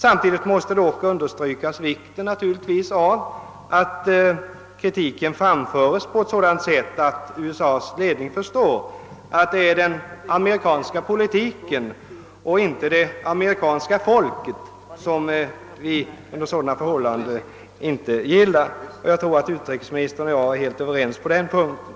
Samtidigt måste naturligtvis understrykas vikten av att kritiken framförs så att USA:s ledning förstår att det är den amerikanska politiken och inte det amerikanska folket som vi inte gillar; jag tror att utrikesministern och jag är helt överens på den punkten.